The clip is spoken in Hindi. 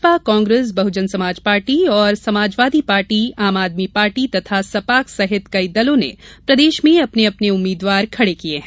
भाजपा कांग्रेस बहुजन समाज पार्टी और समाजवादी पार्टी आम आदमी पार्टी तथा सपाक्स सहित कई दलों ने प्रदेश में अपने अपने उम्मीदवार खड़े किए हैं